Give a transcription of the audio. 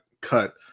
cut